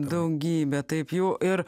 daugybė taip jų ir